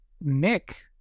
Nick